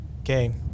Okay